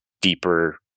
deeper